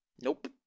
Nope